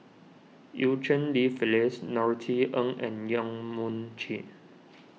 Eu Cheng Li Phyllis Norothy Ng and Yong Mun Chee